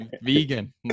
vegan